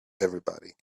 everybody